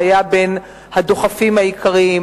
שהיה בין הדוחפים העיקריים,